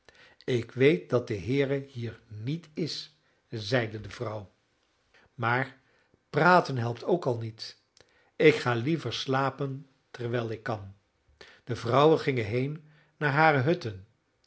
ik weet dat de heere hier niet is zeide de vrouw maar praten helpt ook al niet ik ga liever slapen terwijl ik kan de vrouwen gingen heen naar hare hutten